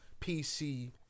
PC